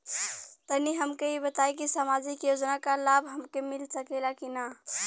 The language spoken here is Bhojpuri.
तनि हमके इ बताईं की सामाजिक योजना क लाभ हमके मिल सकेला की ना?